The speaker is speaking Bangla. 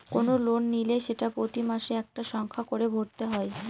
কোনো লোন নিলে সেটা প্রতি মাসে একটা সংখ্যা করে ভরতে হয়